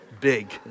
big